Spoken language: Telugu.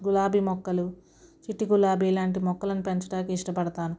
గులాబీ మొక్కలు చిట్టి గులాబీ లాంటి మొక్కలను పెంచడానికి ఇష్టపడతాను